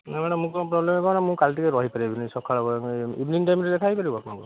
ନା ମ୍ୟାଡ଼ାମ୍ ମୁଁ କ'ଣ ପ୍ରୋବ୍ଲେମ୍ କ'ଣ ମୁଁ କାଲି ଟିକେ ରହିପାରିବିନି ସଖାଳ ବେଳେ ଏ ଇଭନିଂ ଟାଇମ୍ରେ ଦେଖା ହୋଇପାରିବ ଆପଣଙ୍କର